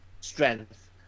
strength